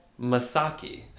Masaki